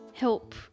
help